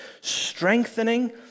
Strengthening